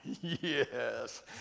yes